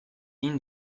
egin